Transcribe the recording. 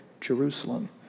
Jerusalem